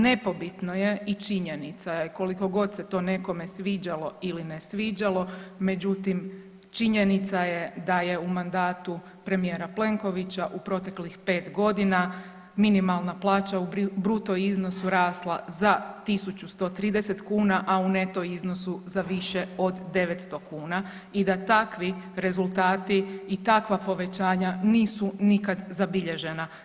Nepobitno je i činjenica je koliko god se to nekome sviđalo ili ne sviđalo međutim činjenica je da je u mandatu premijera Plenkovića u proteklih 5 godina minimalna plaća u bruto iznosu rasla za 1.130 kuna, a u neto iznosu za više od 900 kuna i da takvi rezultati i takva povećanja nisu nikad zabilježena.